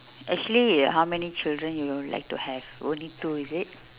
actually how many children you will like to have only two is it